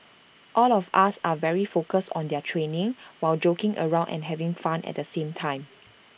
all of us are very focused on their training while joking around and having fun at the same time